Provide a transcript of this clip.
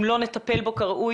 אם לא נטפל בו כראוי,